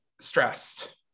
stressed